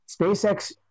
SpaceX